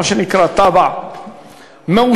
מה שנקרא תב"ע מאושרת,